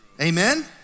Amen